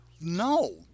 No